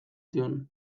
zion